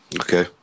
okay